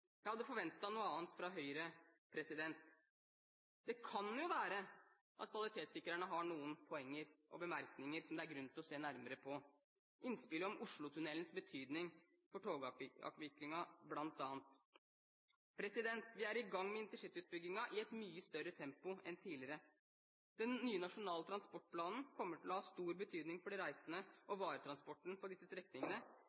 Jeg hadde forventet noe annet fra Høyre. Det kan jo være at kvalitetssikrerne har noen poenger og bemerkninger som det er grunn til å se nærmere på – bl.a. innspill om Oslotunnelens betydning for togavviklingen. Vi er i gang med intercityutbyggingen i et mye større tempo enn tidligere. Den nye nasjonale transportplanen kommer til å ha stor betydning for de reisende